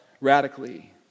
radically